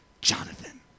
Jonathan